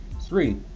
Three